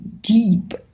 deep